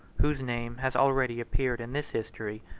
whose name has already appeared in this history,